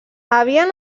havien